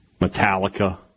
Metallica